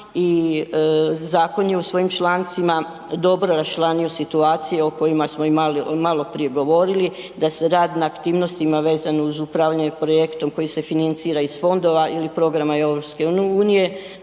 i zakon je u svojim člancima dobro raščlanio situacije o kojima smo imali, malo prije govorili da se rad na aktivnostima vezano uz upravljanje projektom koji se financira iz fondova ili programa EU, da je